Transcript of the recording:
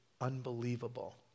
unbelievable